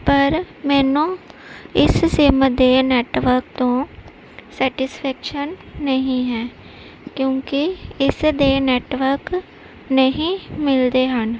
ਪਰ ਮੈਨੂੰ ਇਸ ਸਿਮ ਦੇ ਨੈਟਵਰਕ ਤੋਂ ਸਰਟੀਸਫੈਕਸ਼ਨ ਨਹੀਂ ਹੈ ਕਿਉਂਕਿ ਇਸਦੇ ਨੈਟਵਰਕ ਨਹੀਂ ਮਿਲਦੇ ਹਨ